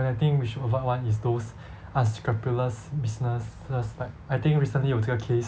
then I think we should avoid [one] is those unscrupulous businesses like I think recently 有这个 case